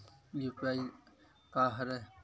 UPI का हरय?